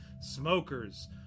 smokers